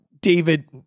David